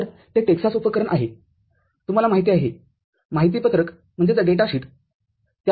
तर ते टेक्सास उपकरण आहेतुम्हाला माहिती आहेमाहिती पत्रक त्यावरून सर्किट दर्शविले गेले आहे